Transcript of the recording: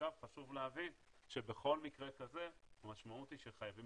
חשוב להבין שבכל מקרה כזה המשמעות היא שחייבים